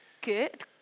Good